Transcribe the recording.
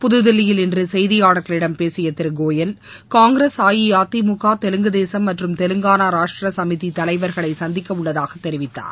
புதுதில்லியில் இன்று செய்தியாளர்களிடம் பேசிய திரு கோயல் காங்கிரஸ் அஇஅதிமுக தெலுங்கு தேசம் மற்றும் தெலுங்கானா ராஷ்டிர சுமிதி தலைவர்களை சந்திக்கவுள்ளதாக தெரிவித்தார்